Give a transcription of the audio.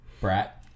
Brat